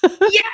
Yes